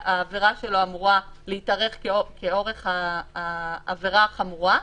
שהעבירה שלו אמורה להתארך כאורך העבירה החמורה,